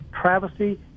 travesty